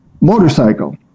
Motorcycle